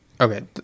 Okay